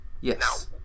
yes